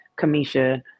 Kamisha